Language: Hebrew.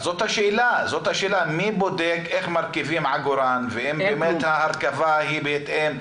אז זאת השאלה מי בודק איך מרכיבים עגורן והאם ההרכבה היא בהתאם?